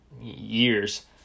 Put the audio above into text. years